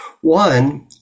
one